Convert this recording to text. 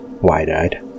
wide-eyed